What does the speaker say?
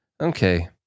Okay